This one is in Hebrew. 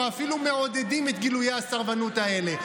אפילו מעודדים את גילויי הסרבנות האלה.